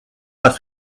pas